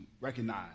recognize